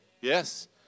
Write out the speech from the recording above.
Yes